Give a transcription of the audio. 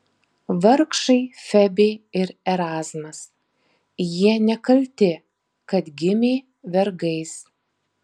vargšai febė ir erazmas jie nekalti kad gimė vergais